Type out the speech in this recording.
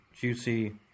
juicy